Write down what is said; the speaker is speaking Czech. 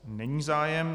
Není zájem.